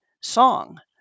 song